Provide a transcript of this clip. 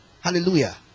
Hallelujah